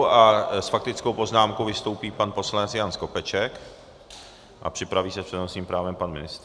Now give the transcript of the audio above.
S faktickou poznámkou vystoupí pan poslanec Jan Skopeček a připraví se s přednostním právem pan ministr.